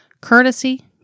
courtesy